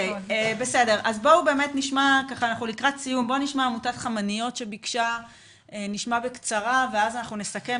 נשמע את עמותת חמניות שביקשה ואז נסכם.